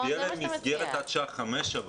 שתהיה להם מסגרת עד שעה 17:00,